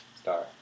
star